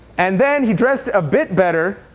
and then he dressed a bit better,